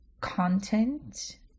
content